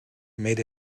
made